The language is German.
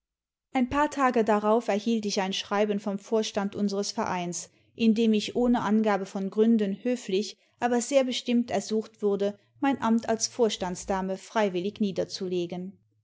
ein paar tage darauf erhielt ich ein schreiben vom vorstand unseres vereins in dem ich ohne angabe von gründen höflich aber sehr bestimmt ersucht wurde mein amt als vorstandsdame freiwillig niederzulegen